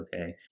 okay